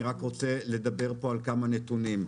אני רוצה לדבר פה על כמה נתונים.